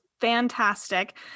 fantastic